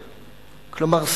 כלומר,